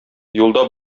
юлда